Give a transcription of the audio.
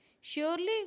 surely